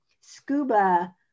scuba